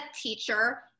teacher